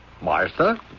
Martha